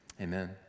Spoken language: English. Amen